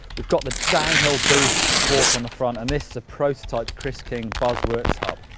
we've got the downhill boost fork on the front, and this is a prototype chris king buzz works hub.